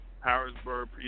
Harrisburg